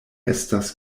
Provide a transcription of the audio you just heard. estas